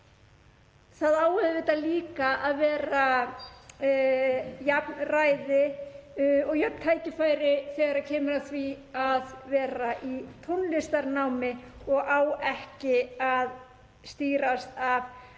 það á auðvitað líka að vera jafnræði og jöfn tækifæri þegar kemur að því að vera í tónlistarnámi. Það á ekki að stýrast af